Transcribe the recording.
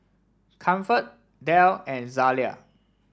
Comfort Dell and Zalia